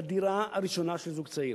לדירה הראשונה של זוג צעיר.